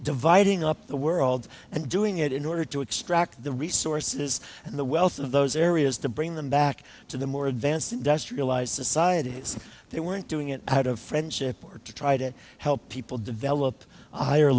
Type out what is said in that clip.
dividing up the world and doing it in order to extract the resources and the wealth of those areas to bring them back to the more advanced industrialized societies they weren't doing it out of friendship or to try to help people develop a higher